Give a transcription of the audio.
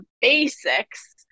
basics